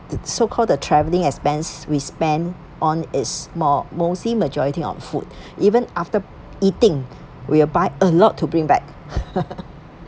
it's so called the travelling expense we spend on is small mostly majority on food even after eating we will buy a lot to bring back